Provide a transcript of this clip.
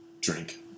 drink